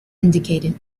indicated